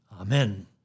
Amen